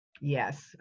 Yes